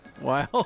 Wow